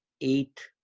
eight